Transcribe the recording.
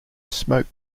smoked